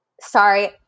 Sorry